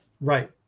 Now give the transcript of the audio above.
Right